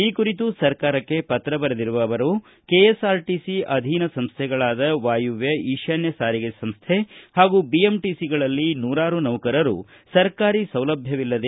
ಈ ಕುರಿತು ಸರ್ಕಾರಕ್ಕೆ ಪತ್ರ ಬರೆದಿರುವ ಅವರು ಕೆಎಸ್ಆರ್ಟಿಸಿ ಅಧೀನ ಸಂಸ್ತೆಗಳಾದ ವಾಯವ್ಯ ಈತಾನ್ಯ ಸಾರಿಗೆ ಸಂಸ್ಥೆ ಹಾಗು ಬಿಎಂಟಿಸಿಗಳಲ್ಲಿ ನೂರಾರು ನೌಕರರು ಸರ್ಕಾರಿ ಸೌಲಭ್ಯವಿಲ್ಲದೆ